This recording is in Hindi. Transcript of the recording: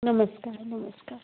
नमस्कार नमस्कार